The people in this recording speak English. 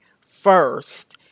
first